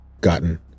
gotten